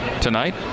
tonight